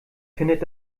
findet